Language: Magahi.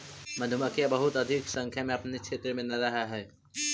मधुमक्खियां बहुत अधिक संख्या में अपने क्षेत्र में न रहअ हई